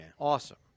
awesome